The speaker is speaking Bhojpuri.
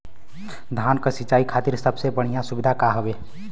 धान क सिंचाई खातिर सबसे बढ़ियां सुविधा का हवे?